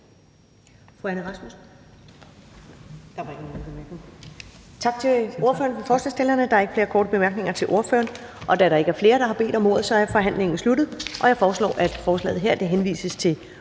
Tak til ordføreren for forslagsstillerne. Der er ikke flere korte bemærkninger til ordføreren. Da der ikke er flere, der har bedt om ordet, er forhandlingen sluttet. Jeg foreslår, at lovforslaget henvises til Udlændinge-